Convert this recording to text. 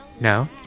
No